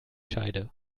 scheide